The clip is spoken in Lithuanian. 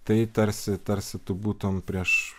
tai tarsi tarsi tu būtum prieš